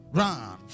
run